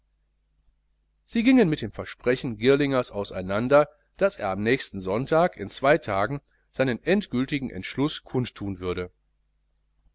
sie gingen mit dem versprechen girlingers aneinander daß er am nächsten sonntag in zwei tagen seinen endgiltigen entschluß kund thun wolle